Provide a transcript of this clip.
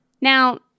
Now